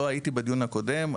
לא הייתי בדיון הקודם.